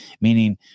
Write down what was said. meaning